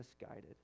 misguided